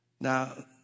Now